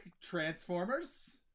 transformers